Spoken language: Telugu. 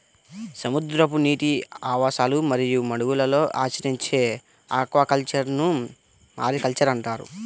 సముద్రపు నీటి ఆవాసాలు మరియు మడుగులలో ఆచరించే ఆక్వాకల్చర్ను మారికల్చర్ అంటారు